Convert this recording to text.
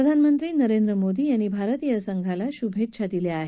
प्रधानमंत्री नरेंद्र मोदी यांनी भारतीय संघाला शुर्भेच्छा दिल्या आहेत